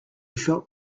felt